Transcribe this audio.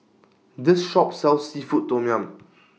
This Shop sells Seafood Tom Yum